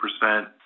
percent